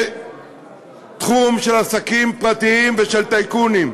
לתחום של עסקים פרטיים של טייקונים.